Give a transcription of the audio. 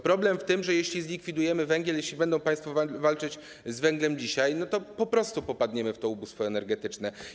Problem w tym, że jeśli zlikwidujemy węgiel, jeśli będą państwo walczyć z węglem dzisiaj, to po prostu popadniemy w to ubóstwo energetyczne.